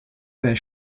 their